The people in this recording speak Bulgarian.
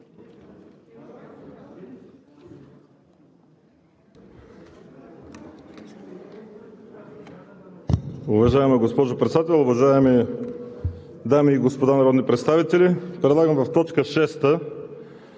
Уважаема госпожо Председател, уважаеми дами и господа народни представители! Предлагам в т. 6